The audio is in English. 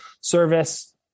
Service